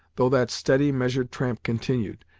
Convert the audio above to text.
though that steady, measured tramp continued,